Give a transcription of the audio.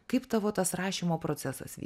kaip tavo tas rašymo procesas